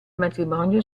matrimonio